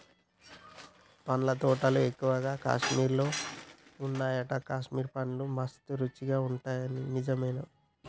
పండ్ల తోటలు ఎక్కువగా కాశ్మీర్ లో వున్నాయట, కాశ్మీర్ పండ్లు మస్త్ రుచి ఉంటాయట నిజమేనా